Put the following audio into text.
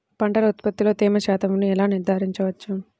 పంటల ఉత్పత్తిలో తేమ శాతంను ఎలా నిర్ధారించవచ్చు?